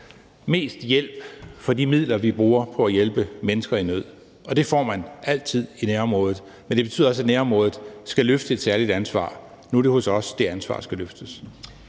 mest for de midler, vi bruger på at hjælpe mennesker i nød, og det får man altid i nærområdet. Men det betyder også, at nærområdet skal løfte et særligt ansvar. Nu er det hos os, det ansvar skal løftes.